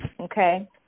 okay